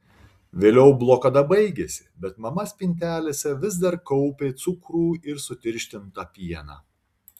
vėliau blokada baigėsi bet mama spintelėse vis dar kaupė cukrų ir sutirštintą pieną